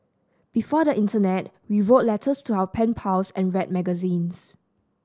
before the internet we wrote letters to our pen pals and read magazines